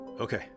Okay